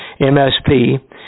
MSP